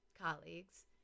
colleagues